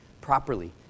properly